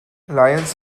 lions